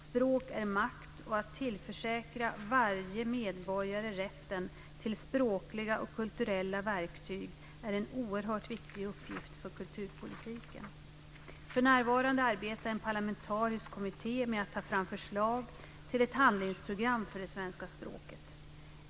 Språk är makt, och att tillförsäkra varje medborgare rätten till språkliga och kulturella verktyg är en oerhört viktig uppgift för kulturpolitiken. För närvarande arbetar en parlamentarisk kommitté med att ta fram förslag till ett handlingsprogram för det svenska språket.